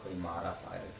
modified